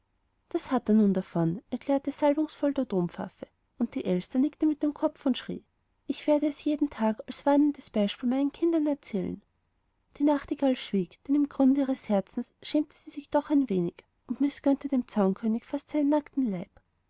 das hat er nun davon erklärte salbungsvoll der dompfaffe und die elster nickte mit dem kopf und schrie ich werde es jeden tag als warnendes beispiel meinen kindern erzählen die nachtigall schwieg denn im grunde ihres herzens schämte sie sich doch ein wenig und mißgönnte dem zaunkönig fast seinen nackten leib